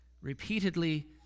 repeatedly